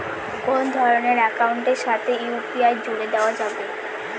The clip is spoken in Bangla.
কোন ধরণের অ্যাকাউন্টের সাথে ইউ.পি.আই জুড়ে দেওয়া যাবে?